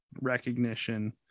recognition